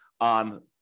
on